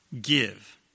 give